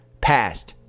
past